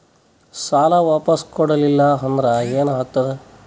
ಸಾಲ ವಾಪಸ್ ಕೊಡಲಿಲ್ಲ ಅಂದ್ರ ಏನ ಆಗ್ತದೆ?